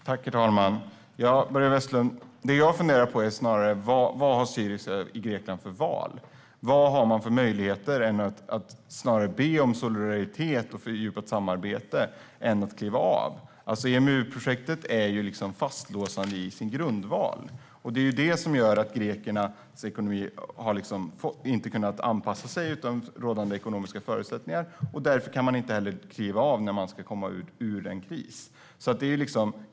Herr talman! Det jag funderar på, Börje Vestlund, är snarare: Vad har Syriza i Grekland för val? Vilka andra möjligheter har man än att snarast be om solidaritet och fördjupat samarbete, än att kliva av? EMU-projektet är liksom fastlåsande i sin grundval. Det är det som gör att grekernas ekonomi inte har kunnat anpassas till rådande ekonomiska förutsättningar, och därför kan man inte heller kliva av när man ska komma ur en kris.